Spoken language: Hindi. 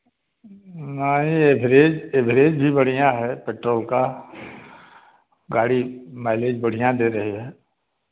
नहीं एभरेज एभरेज भी बढ़िया है पेट्रोल का गाड़ी माइलेज बढ़िया दे रही है